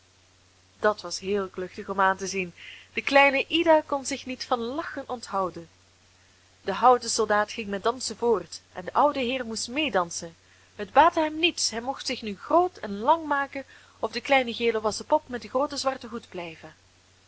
dat was heel kluchtig om aan te zien de kleine ida kon zich niet van lachen onthouden de houten soldaat ging met dansen voort en de oude heer moest meedansen het baatte hem niets hij mocht zich nu groot en lang maken of de kleine gele wassen pop met den grooten zwarten hoed blijven